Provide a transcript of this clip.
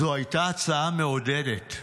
זו הייתה הצעה מעודדת,